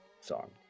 song